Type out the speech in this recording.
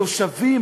התושבים,